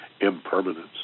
impermanence